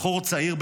בחור צעיר,